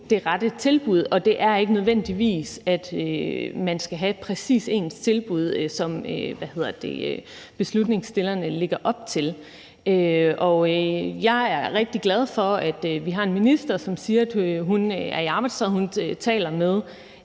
det rette tilbud, og det er ikke nødvendigvis, at man skal have præcis ens tilbud, sådan som forslagsstillerne lægger op til. Jeg er rigtig glad for, at vi har en minister, som siger, at hun er i arbejdstøjet, og at hun taler med